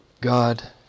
God